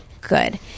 good